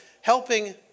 helping